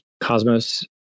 Cosmos